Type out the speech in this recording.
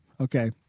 Okay